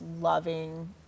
loving